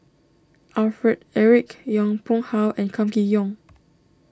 Alfred Eric Yong Pung How and Kam Kee Yong